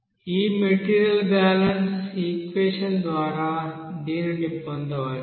ఈ material balance equation ద్వారా దీనిని పొందవచ్చు